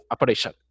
operation